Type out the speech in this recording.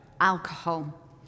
alcohol